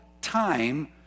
time